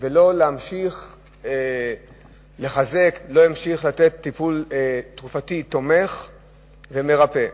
ולא להמשיך לחזק או לתת טיפול תרופתי תומך ומרפא.